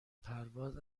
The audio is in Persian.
پرواز